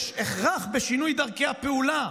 יש הכרח בשינוי דרכי הפעולה.